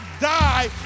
die